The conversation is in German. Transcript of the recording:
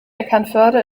eckernförde